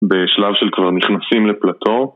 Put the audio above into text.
בשלב של כבר נכנסים לפלטו